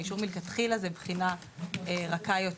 האישור זה מלכתחילה בחינה רכה יותר.